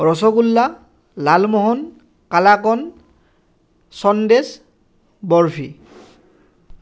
rasgulla lalmohan kalakand sandesh barfi